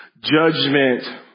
judgment